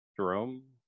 Jerome